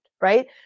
right